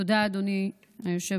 תודה, אדוני היושב-ראש.